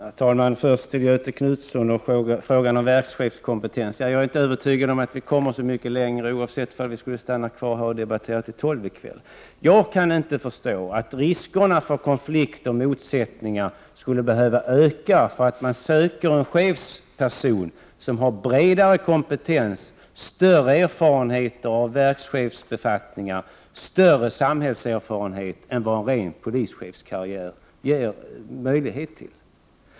Herr talman! Först några ord till Göthe Knutson om frågan om verkschefskompetens. Jag är inte övertygad om att vi kommer så mycket längre, även om vi stannar kvar och debatterar till klockan 12 i natt. Jag kan inte förstå att riskerna för konflikter och motsättningar skulle behöva öka för att man söker en chefsperson som har bredare kompetens, större erfarenhet av verkschefsbefattningar och större samhällserfarenhet än en ren polischefskarriär ger.